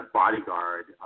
bodyguard